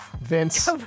Vince